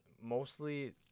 mostly